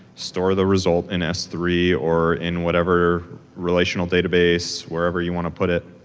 store the result in s three or in whatever relational database, wherever you want to put it